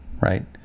right